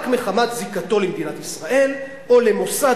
רק מחמת זיקתו למדינת ישראל או למוסד